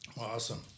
Awesome